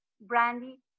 brandy